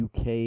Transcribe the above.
UK